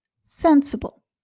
Sensible